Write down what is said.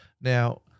Now